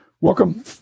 Welcome